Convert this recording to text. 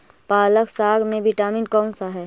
पालक साग में विटामिन कौन सा है?